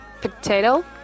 potato